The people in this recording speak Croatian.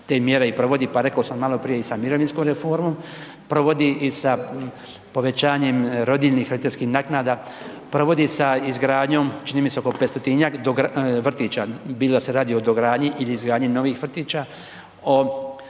te mjere i provodi, pa rekao sam i maloprije sa mirovinskom reformom. Provodi i sa povećanjem rodiljnih obiteljskih naknada, provodi i sa izgradnjom, ini mi se 500-tinjak vrtića. Bilo da se radi o dogradnji ili izgradnji novih vrtića, o